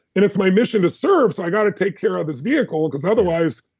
and it's my mission to serve, so i got to take care of this vehicle because otherwise,